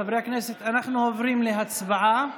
חברי הכנסת, אנחנו עוברים להצבעה.